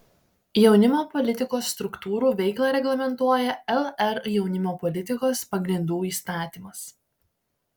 jaunimo politikos struktūrų veiklą reglamentuoja lr jaunimo politikos pagrindų įstatymas